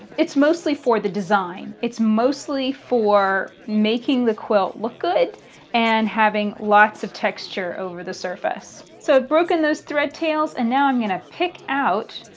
it's mostly for the design. it's mostly for making the quilt look good and having lots of texture over the surface. i've so broken those thread tails and now i'm going to pick out.